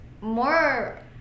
More